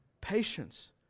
Patience